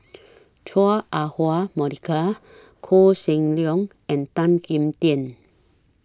Chua Ah Huwa Monica Koh Seng Leong and Tan Kim Tian